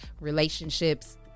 relationships